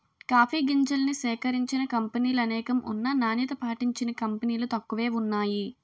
coffee గింజల్ని సేకరించిన కంపినీలనేకం ఉన్నా నాణ్యత పాటించిన కంపినీలు తక్కువే వున్నాయి